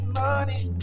money